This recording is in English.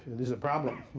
there's a problem.